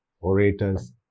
orators